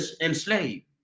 enslaved